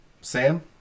Sam